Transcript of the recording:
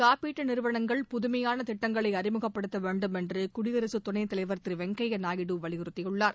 காப்பீட்டு நிறுவனங்கள் புதுமையான திட்டங்களை அறிமுகப்படுத்த வேண்டும் என்று குடியரசு துணைத் தலைவர் திரு வெங்கய்ய நாயுடு வலியுறுத்தியுள்ளார்